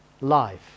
life